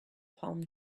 palm